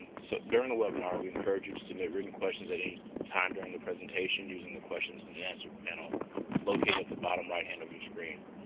so during the webinar, we encourage you to submit written questions at any time during the presentation using the questions and and answer panel located at the bottom right hand of your screen.